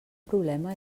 problema